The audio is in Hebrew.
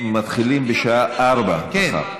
מתחילים בשעה 16:00 מחר.